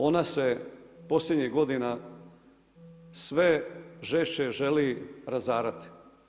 Ona se posljednjih godina sve žešće želi razarati.